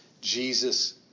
Jesus